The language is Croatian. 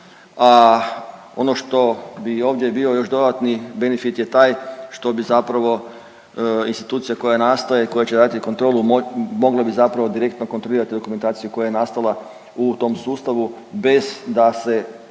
a ono što bi ovdje bio još dodatni benefit je taj što bi zapravo institucija koja nastaje, koja će radit kontrolu mogla bi zapravo direktno kontrolirat dokumentaciju koja je nastala u tom sustavu bez da se